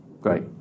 Great